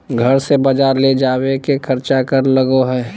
घर से बजार ले जावे के खर्चा कर लगो है?